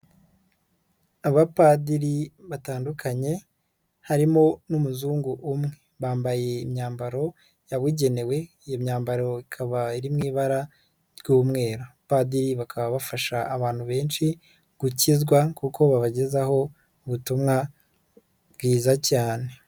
Abapadiri batandukanye harimo n'umuzungu umwe, bambaye imyambaro yabugenewe iyi myambaro ikaba iri mu ibara ry'umweru, abapadiri bakaba bafasha abantu benshi gukizwa kuko babagezaho ubutumwa bwiza cyane.